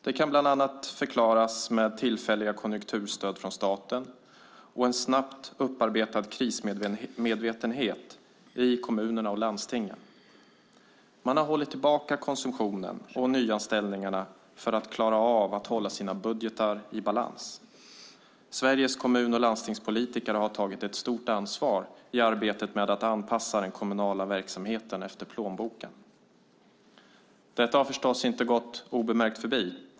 Det kan bland annat förklaras med tillfälliga konjunkturstöd från staten och en snabbt upparbetad krismedvetenhet i kommunerna och landstingen. Man har hållit tillbaka konsumtionen och nyanställningarna för att klara av att hålla sina budgetar i balans. Sveriges kommun och landstingspolitiker har tagit ett stort ansvar i arbetet med att anpassa den kommunala verksamheten efter plånboken. Detta har förstås inte gått obemärkt förbi.